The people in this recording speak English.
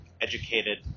educated